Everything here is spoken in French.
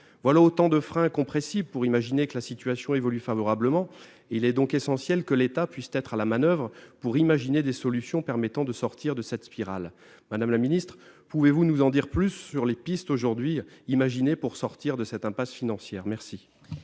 Voilà autant de freins incompressibles pour imaginer que la situation évolue favorablement ; il est donc essentiel que l'État puisse être à la manoeuvre pour imaginer des solutions permettant de sortir de cette spirale infernale. Madame la ministre, pouvez-vous nous en dire plus sur les pistes aujourd'hui imaginées pour sortir de cette impasse financière ? La